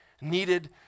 needed